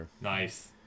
Nice